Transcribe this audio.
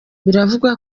bivugwa